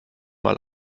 mal